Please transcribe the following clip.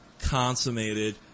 consummated